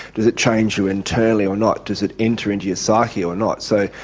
does it change you internally or not, does it enter into your psyche or not? so,